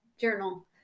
journal